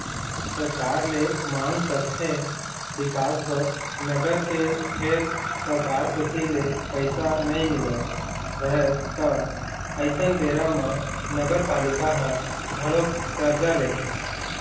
सरकार ले मांग करथे बिकास बर नगर के फेर सरकार कोती ले पइसा नइ मिलत रहय त अइसन बेरा म नगरपालिका ह घलोक करजा लेथे